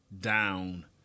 down